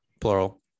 plural